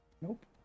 Nope